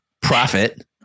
profit